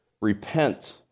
repent